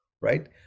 right